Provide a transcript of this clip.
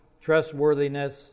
trustworthiness